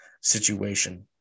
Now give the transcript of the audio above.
situation